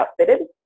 outfitted